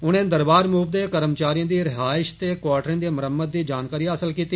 उनें दरबार मूव दे कर्मचारियें दी रिहायश ते क्वाटरें दी मरम्मत दी जानकारी हासल कीती